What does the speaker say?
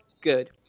good